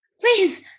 Please